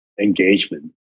engagement